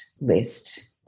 list